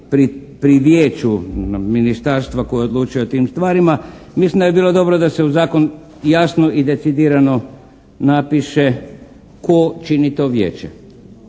pri Vijeću ministarstva koje odlučuje o tim stvarima mislim da bi bilo dobro da se u zakon jasno i decidirano napiše tko čini to vijeće.